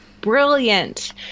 brilliant